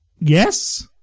Yes